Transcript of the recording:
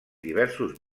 diversos